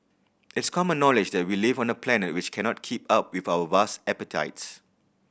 it's common knowledge that we live on a planet which cannot keep up with our vast appetites